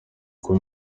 kuba